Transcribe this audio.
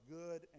good